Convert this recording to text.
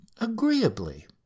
agreeably